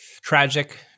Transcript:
tragic